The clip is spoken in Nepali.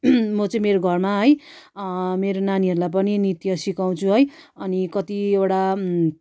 म चाहिँ मेरो घरमा है मेरो नानीहरूलाई पनि नृत्य सिकाउँछु है अनि कतिवटा